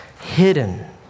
hidden